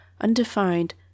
undefined